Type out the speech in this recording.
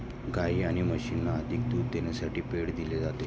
गायी आणि म्हशींना अधिक दूध देण्यासाठी पेंड दिली जाते